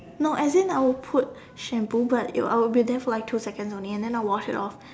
no as in I will put shampoo but it will I will be there for like two seconds only and then I wash it off